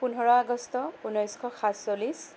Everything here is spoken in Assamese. পোন্ধৰ আগষ্ট ঊনৈছশ সাতচল্লিছ